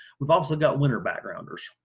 we've also got winter backgrounders